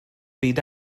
byd